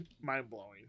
mind-blowing